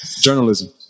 Journalism